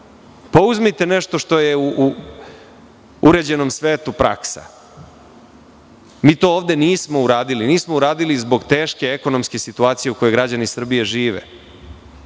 uzmite nešto što je u uređenom svetu praksa. Ovde to nismo uradili, a nismo uradili zbog teške ekonomske situacije u kojoj građani Srbije žive.